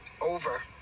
over